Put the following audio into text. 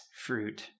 fruit